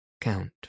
Count